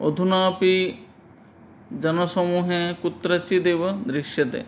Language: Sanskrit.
अधुनापि जनसमूहे कुत्रचिदेव दृश्यते